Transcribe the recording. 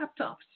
laptops